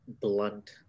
blunt